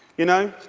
you know,